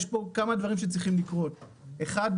יש פה כמה דברים שצריכים לקרות: דבר אחד,